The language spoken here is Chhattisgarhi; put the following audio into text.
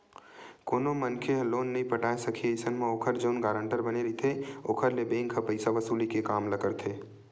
कोनो मनखे ह लोन नइ पटाय सकही अइसन म ओखर जउन गारंटर बने रहिथे ओखर ले बेंक ह पइसा वसूली के काम ल करथे